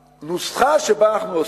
הנוסחה שבה אנחנו עוסקים,